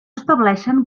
estableixen